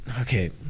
okay